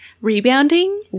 rebounding